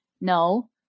no